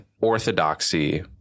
orthodoxy